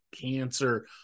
cancer